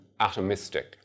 atomistic